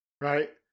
Right